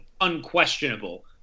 unquestionable